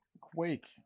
Quake